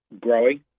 growing